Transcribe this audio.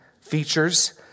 features